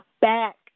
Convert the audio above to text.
back